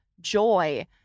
joy